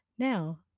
Now